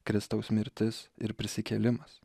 kristaus mirtis ir prisikėlimas